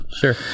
sure